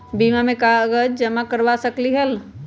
बीमा में कागज जमाकर करवा सकलीहल?